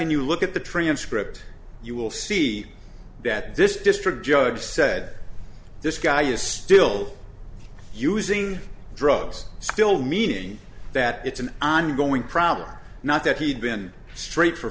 and you look at the transcript you will see that this district judge said this guy is still using drugs still meaning that it's an ongoing problem not that he'd been straight for